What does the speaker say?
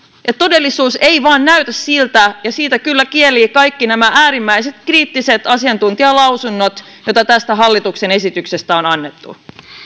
todellisuus ei vain näytä siltä ja siitä kyllä kielivät kaikki nämä äärimmäisen kriittiset asiantuntijalausunnot joita tästä hallituksen esityksestä on annettu